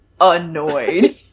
annoyed